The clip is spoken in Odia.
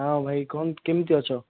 ହଁ ଭାଇ କ'ଣ କେମିତି ଅଛ